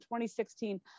2016